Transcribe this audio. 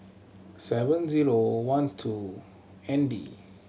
seven zero one two N D